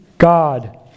God